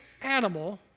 animal